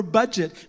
budget